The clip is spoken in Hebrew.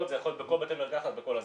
זה לא מחובר למכבי.